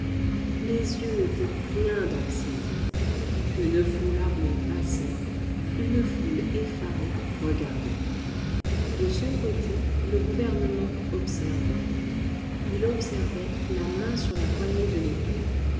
les yeux étaient pleins d'anxiété une foule armée passait une foule effarée regardait de son côté le gouvernement observait il observait la main sur la poignée de l'épée